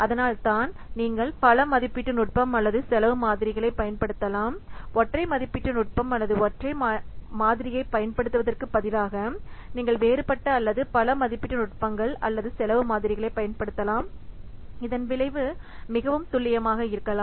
அதனால்தான் நீங்கள் பல மதிப்பீட்டு நுட்பம் அல்லது செலவு மாதிரிகளைப் பயன்படுத்தலாம் ஒற்றை மதிப்பீட்டு நுட்பம் அல்லது ஒற்றை மாதிரியைப் பயன்படுத்துவதற்குப் பதிலாக நீங்கள் வேறுபட்ட அல்லது பல மதிப்பீட்டு நுட்பங்கள் அல்லது செலவு மாதிரிகளைப் பயன்படுத்தலாம் இதன் விளைவு மிகவும் துல்லியமாக இருக்கலாம்